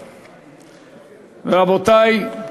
רבותי,